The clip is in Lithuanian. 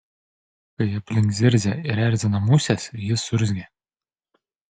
kai aplink zirzia ir erzina musės jis urzgia